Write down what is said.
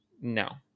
no